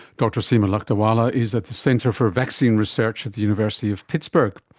dr seema lakdawala is at the centre for vaccine research at the university of pittsburgh.